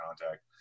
contact